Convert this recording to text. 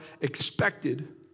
expected